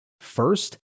First